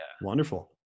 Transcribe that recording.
wonderful